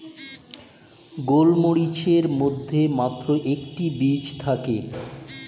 গোলমরিচের মধ্যে মাত্র একটি বীজ থাকে